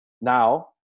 Now